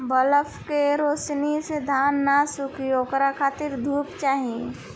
bulb के रौशनी से धान न सुखी ओकरा खातिर धूप चाही